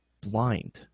blind